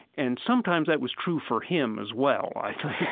and sometimes that was true for him as well, i think.